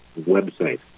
website